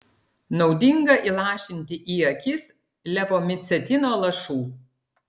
naudinga įlašinti į akis levomicetino lašų